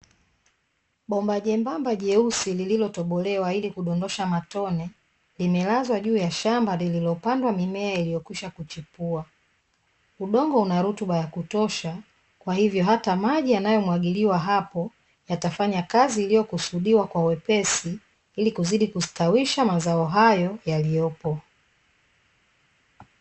Bomba jembamba jeusi lililotobolewa ili kudondosha matone limelazwa juu ya shamba lililopandwa mimea iliyokwisha kuchipua, udongo una rutuba ya kutosha kwa hivyo hata maji yanayomwagiliwa hapo yatafanya kazi iliyokusudiwa kwa wepesi ili kuzidi kustawisha mazao hayo yaliyopo.